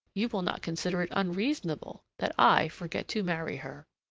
you will not consider it unreasonable that i forget to marry her.